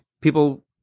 people